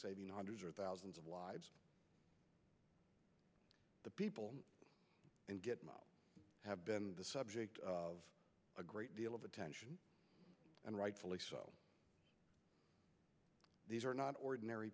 saving hundreds or thousands of lives the people and get them out have been the subject of a great deal of attention and rightfully so these are not ordinary